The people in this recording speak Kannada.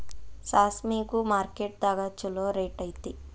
ಸಾಸ್ಮಿಗು ಮಾರ್ಕೆಟ್ ದಾಗ ಚುಲೋ ರೆಟ್ ಐತಿ